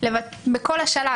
בכל שלב.